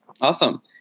Awesome